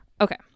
Okay